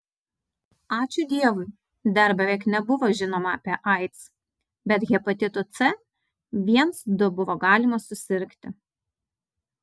ačiū dievui dar beveik nebuvo žinoma apie aids bet hepatitu c viens du buvo galima susirgti